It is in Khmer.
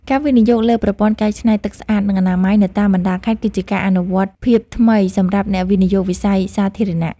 ការវិនិយោគលើប្រព័ន្ធកែច្នៃទឹកស្អាត និងអនាម័យនៅតាមបណ្តាខេត្តគឺជាការអនុវត្តភាពថ្មីសម្រាប់អ្នកវិនិយោគវិស័យសាធារណៈ។